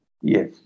Yes